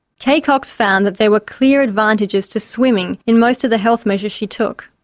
kay cox found that there were clear advantages to swimming in most of the health measures she took.